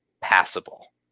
passable